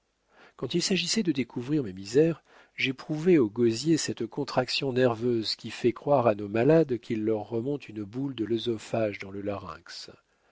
quand il s'agissait de découvrir mes misères j'éprouvais au gosier cette contraction nerveuse qui fait croire à nos malades qu'il leur remonte une boule de l'œsophage dans le larynx